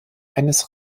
eines